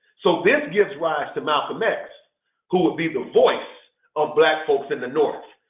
so this gives rise to malcolm x who would be the voice of black folks in the north.